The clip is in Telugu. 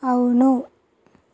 అవును